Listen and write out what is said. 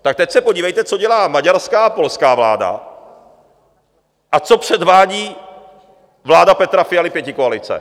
Tak teď se podívejte, co dělá maďarská a polská vláda a co předvádí vláda Petra Fialy, pětikoalice.